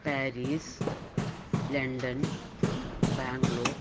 Paris London Bangalore